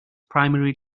primary